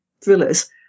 thrillers